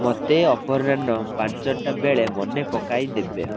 ମତେ ଅପରାହ୍ନ ପାଞ୍ଚଟା ବେଳେ ମନେପକାଇଦେବେ